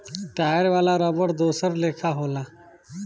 tyre वाला रबड़ दोसर लेखा होला